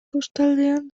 kostaldean